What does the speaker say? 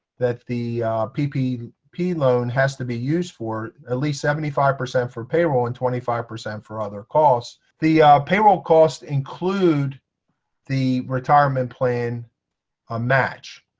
that the ppp loan has to be used for at least seventy five percent for payroll and twenty five percent for other costs. the payroll costs include the retirement plan, a match.